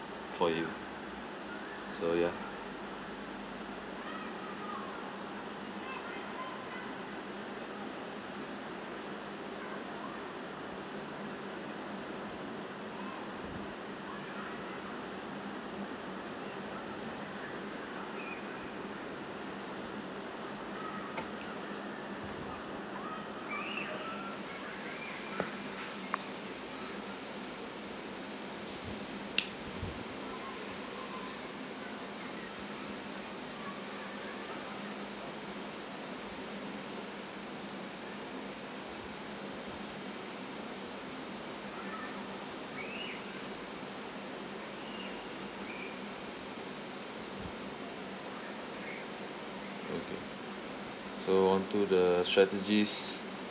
for you so ya okay so onto the strategies